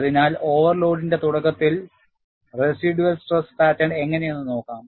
അതിനാൽ ഓവർലോഡിന്റെ തുടക്കത്തിൽ റെസിഡ്യൂള് സ്ട്രെസ് പാറ്റേൺ എങ്ങനെയെന്ന് നോക്കാം